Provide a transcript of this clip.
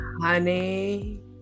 Honey